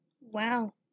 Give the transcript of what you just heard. Wow